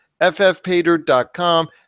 ffpater.com